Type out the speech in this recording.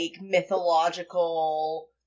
mythological